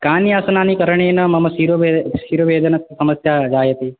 कान्यासनानि करणेन मम शिरोवेदना समस्या जायते